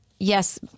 Yes